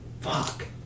Fuck